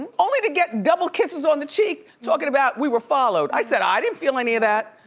only to get double kisses on the cheek, talkin' about we were followed. i said, i didn't feel any of that.